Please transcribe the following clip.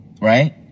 right